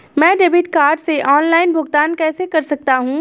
मैं debit card से online भुगतान कैसे कर सकता हूँ?